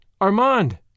Armand